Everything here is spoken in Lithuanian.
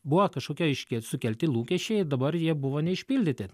buvo kažkokie aiškiai sukelti lūkesčiai dabar jie buvo neišpildyti